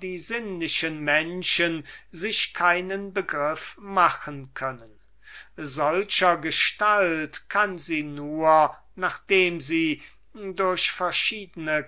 die sinnlichen menschen sich keinen begriff machen können solchergestalt kann sie nur nachdem sie durch verschiedne